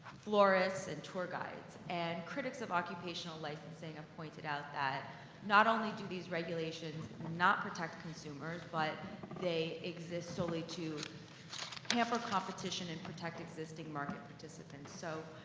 florists, and tour guides. and critics of occupational licensing have pointed out, that not only do these regulations not protect consumers, but they exist solely to hamper competition and protect existing market participants. so,